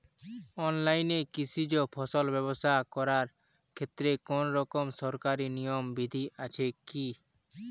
অনলাইনে কৃষিজ ফসল ব্যবসা করার ক্ষেত্রে কোনরকম সরকারি নিয়ম বিধি আছে কি?